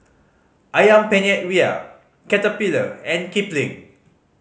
Ayam Penyet Ria Caterpillar and Kipling